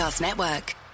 Network